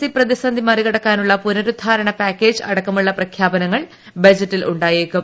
C പ്രതിസന്ധി മറികടക്കാനുള്ള പുനരുദ്ധാരണ പാക്കേജ് അട ക്കമുള്ള പ്രഖ്യാപനങ്ങൾ ബജറ്റിൽ ഉണ്ടായേക്കും